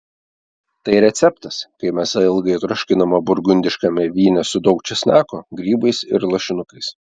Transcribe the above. tai receptas kai mėsa ilgai troškinama burgundiškame vyne su daug česnako grybais ir lašinukais